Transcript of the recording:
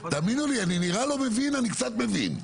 תאמינו לי, אני נראה לא מבין, אני קצת מבין.